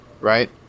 Right